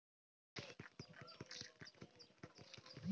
bee wax মালে হছে মধুমম যেটা মচাকের দিয়াল থ্যাইকে বালাল হ্যয়